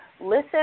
listen